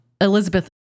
Elizabeth